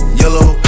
yellow